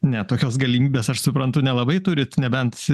ne tokios galimybės aš suprantu nelabai turit nebent